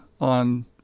on